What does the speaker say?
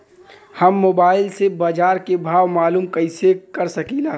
हम मोबाइल से बाजार के भाव मालूम कइसे कर सकीला?